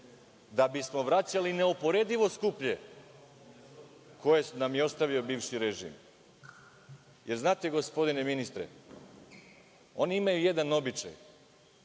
da bismo vraćali neuporedivo skuplje koje nam je ostavio bivši režim. Znate, gospodine ministre, oni imaju jedan običaj